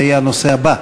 זה יהיה הנושא הבא.